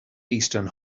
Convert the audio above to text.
eastern